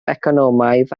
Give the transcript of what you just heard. economaidd